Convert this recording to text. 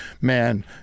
man